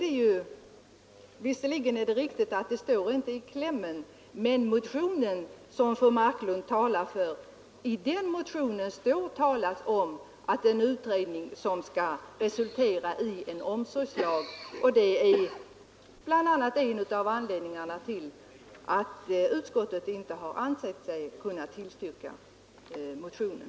Det är visserligen riktigt att det inte i motionens kläm nämns något om en utredning som skall resultera i en omsorgslag för de döva, men i den motion som fru Marklund talar för framförs krav härpå, och det är en av anledningarna till att utskottet inte har ansett sig kunna tillstyrka motionen.